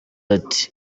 ati